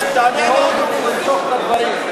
אני מבקש למשוך את הדברים.